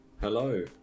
Hello